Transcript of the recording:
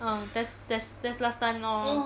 orh that's that's that's last time lor